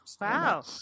wow